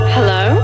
Hello